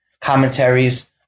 commentaries